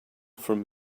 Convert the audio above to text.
from